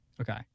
Okay